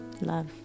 love